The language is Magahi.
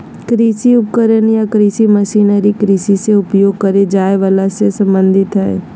कृषि उपकरण या कृषि मशीनरी कृषि मे उपयोग करे जाए वला से संबंधित हई